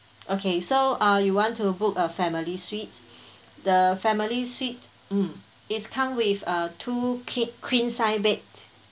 okay so err you want to book a family suite the family suite mm is come with err two keep queen size bed